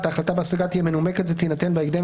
(1)ההחלטה בהשגה תהיה מנומקת ותינתן בהקדם